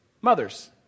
mothers